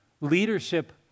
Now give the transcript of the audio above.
Leadership